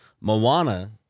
Moana